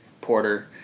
Porter